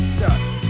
dust